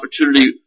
opportunity